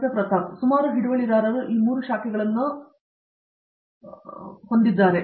ಪ್ರತಾಪ್ ಹರಿಡೋಸ್ ಸುಮಾರು ಹಿಡುವಳಿದಾರರು 3 ಶಾಖೆಗಳನ್ನು ಹೊಂದಿದ್ದಾರೆ